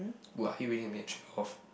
!wah! here we need to make trade off